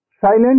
silent